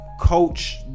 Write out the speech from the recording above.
coach